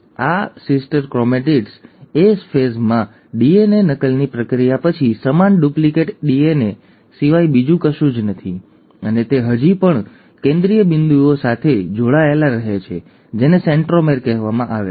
તેથી આ બહેન ક્રોમેટિડ્સ એસ ફેઝમાં ડીએનએ નકલની પ્રક્રિયા પછી સમાન ડુપ્લિકેટ ડીએનએ સિવાય બીજું કશું જ નથી અને તે હજી પણ કેન્દ્રીય બિંદુએ જોડાયેલા રહે છે જેને સેન્ટ્રોમેર કહેવામાં આવે છે